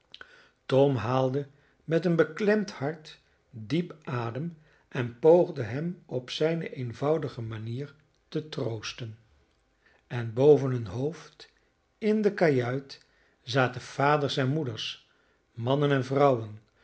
tom haalde met een beklemd hart diep adem en poogde hem op zijne eenvoudige manier te troosten en boven hun hoofd in de kajuit zaten vaders en moeders mannen en vrouwen